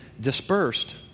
dispersed